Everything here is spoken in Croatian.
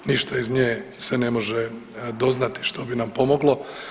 Ništa iz nje se ne može doznati što bi nam pomoglo.